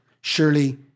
surely